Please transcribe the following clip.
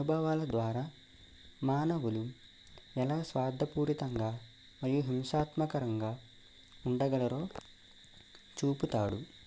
అనుభవాల ద్వారా మానవులు ఎలా స్వార్థపూరితంగా మరియు హింసాత్మకంగా ఉండగలరో చూపుతాడు